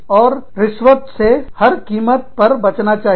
और रिश्वत से हर कीमत पर बचना चाहिए